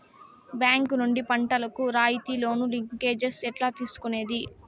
Bank నుండి పంటలు కు రాయితీ లోను, లింకేజస్ ఎట్లా తీసుకొనేది?